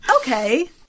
Okay